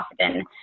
often